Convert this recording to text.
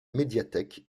médiathèque